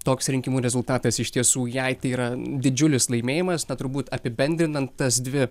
toks rinkimų rezultatas iš tiesų jai tai yra didžiulis laimėjimas na turbūt apibendrinant tas dvi